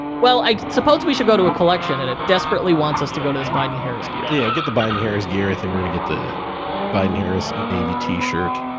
well, i suppose we should go to a collection and it desperately wants us to go to this biden-harris gear. yeah, get the biden-harris gear, i think we're gonna get the biden-harris navy t-shirt,